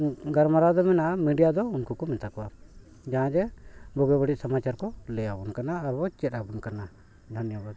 ᱜᱟᱞᱢᱟᱨᱟᱣ ᱫᱚ ᱢᱮᱱᱟᱜᱼᱟ ᱢᱤᱰᱤᱭᱟ ᱫᱚ ᱩᱱᱠᱩ ᱠᱚ ᱢᱮᱛᱟ ᱠᱚᱣᱟ ᱡᱟᱦᱟᱸ ᱡᱮ ᱵᱩᱜᱤ ᱵᱟᱹᱲᱤᱡ ᱥᱟᱢᱟᱪᱟᱨ ᱠᱚ ᱞᱟᱹᱭᱟᱵᱚᱱ ᱠᱟᱱᱟ ᱟᱨ ᱵᱚ ᱪᱮᱫ ᱟᱵᱚᱱ ᱠᱟᱱᱟ ᱫᱷᱚᱱᱱᱚᱵᱟᱫᱽ